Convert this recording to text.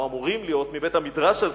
או אמורים להיות מבית-המדרש הזה,